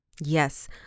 Yes